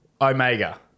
Omega